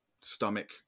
stomach